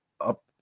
up